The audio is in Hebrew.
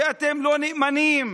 שאתם לא נאמנים.